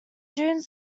dunes